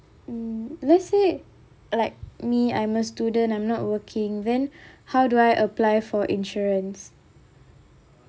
mm let's say like me I'm a student I'm not working then how do I apply for insurance